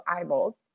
eyeball